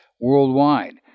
worldwide